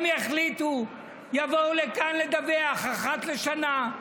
הם יחליטו, יבואו לכאן לדווח אחת לשנה.